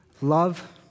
Love